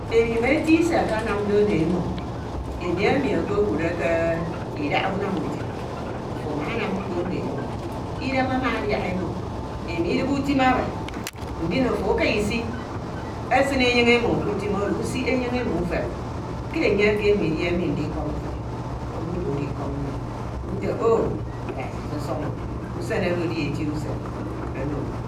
imo imeti ɛe ekenamde ono imo ini emi ekedude ke idaha unạm utim ofo ama anam mkpo ọno imọ. Idan ama abiak imo. imo idighe utim aba. Ndin ofo aka isi esin eyin imo ke utim oro isiehe eyin ino ufep. ke enye ke imo idia emi ndikom fin owu oro edikọm mmo nte o Abasi sọ sọn- o usen edioti usen inyuñ